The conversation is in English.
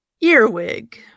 Earwig